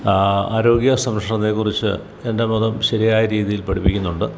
ആരോഗ്യ സംരക്ഷണത്തെക്കുറിച്ച് എൻ്റെ മതം ശരിയായ രീതിയിൽ പഠിപ്പിക്കുന്നുണ്ട്